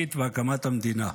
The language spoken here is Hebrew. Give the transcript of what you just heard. הציונית והקמת המדינה.